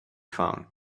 phone